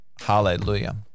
Hallelujah